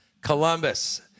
Columbus